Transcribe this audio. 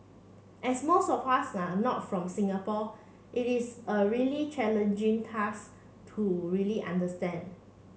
as most of us are not from Singapore it is a really challenging task to really understand